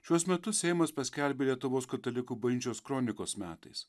šiuos metus seimas paskelbė lietuvos katalikų bažnyčios kronikos metais